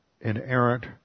inerrant